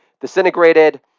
disintegrated